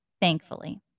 thankfully